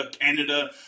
Canada